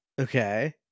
Okay